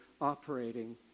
operating